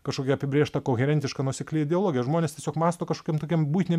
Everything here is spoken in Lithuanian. kažkokia apibrėžta koherentiška nuosekli ideologija žmonės tiesiog mąsto kažkiam tokiam buitiniam